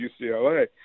UCLA